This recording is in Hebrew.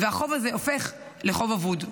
החוב הזה הופך לחוב אבוד.